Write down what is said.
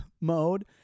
mode